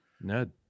Ned